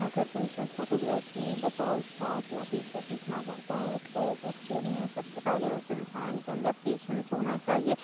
اگر کوئی شخص فوٹو گرافی بطور شوق یا پیشہ سیکھنا چاہتا ہے تو اُس کے لیے سب سے پہلے اُس انسان کے اندر پیشنس ہونا چاہیے